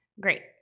Great